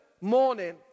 morning